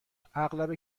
اغلب